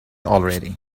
already